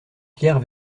pierre